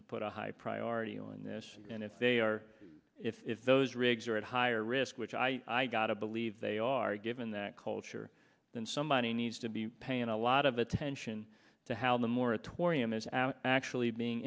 to put a high priority on this and if they are if those rigs are at higher risk which i i gotta believe they are given that culture then somebody needs to be paying a lot of attention to how the moratorium is out actually being